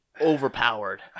overpowered